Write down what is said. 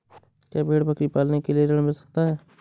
क्या भेड़ बकरी पालने के लिए ऋण मिल सकता है?